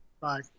Bye